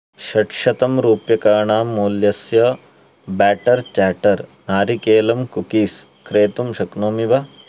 षट्शतं रूप्यकाणां मूल्यस्य बेटर् चेटर् नारिकेलम् कुक्कीस् क्रेतुं शक्नोमि वा